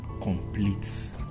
completes